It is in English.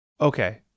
Okay